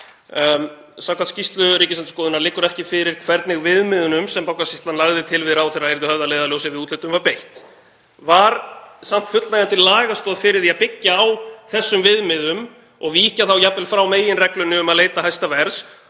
Samkvæmt skýrslu Ríkisendurskoðunar liggur ekki fyrir hvernig viðmiðin sem Bankasýslan lagði til við ráðherra yrðu höfð að leiðarljósi þegar úthlutun var beitt. Var samt fullnægjandi lagastoð fyrir því að byggja á þessum viðmiðum og víkja þá jafnvel frá meginreglunni um að leita hæsta verðs